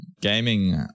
gaming